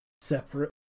separate